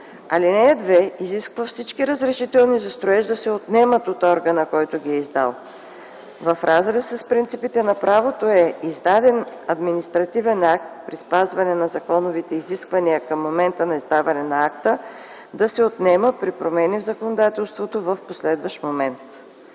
Алинея 2 изисква всички разрешителни за строеж да се отнемат от органа, който ги е издал. В разрез с принципите на правото е издаден административен акт при спазване на законовите изисквания към момента на издаване на акта, да се отнема при промени в законодателството в последващ момент.